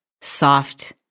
soft